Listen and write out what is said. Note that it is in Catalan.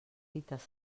fites